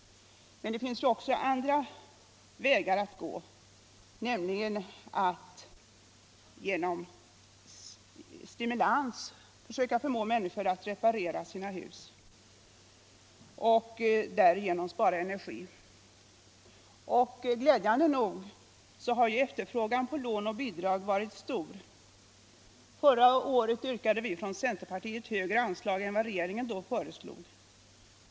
Men det finns också andra vägar att gå, nämligen att stimulera människor att reparera sina hus och därigenom spara energi. Glädjande nog har efterfrågan på lån och bidrag för detta ändamål varit stor. Förra året yrkade vi från centerpartiet högre anslag än vad regeringen då föreslog.